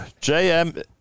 JM